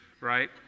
right